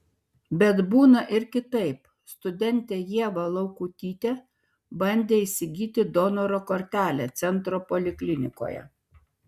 bet būna ir kitaip studentė ieva laukutytė bandė įsigyti donoro kortelę centro poliklinikoje